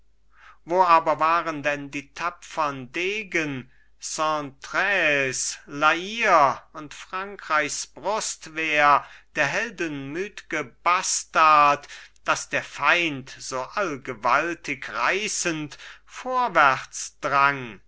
wo aber waren denn die tapfern degen saintrailles la hire und frankreichs brustwehr der heldenmütge bastard daß der feind so allgewaltig reißend vorwärts drang